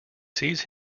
sees